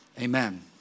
Amen